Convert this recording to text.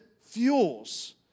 fuels